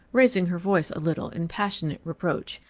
raising her voice a little in passionate reproach.